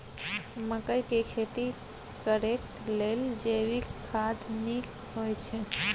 मकई के खेती करेक लेल जैविक खाद नीक होयछै?